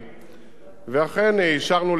ואכן אישרנו לקדם את התכנון.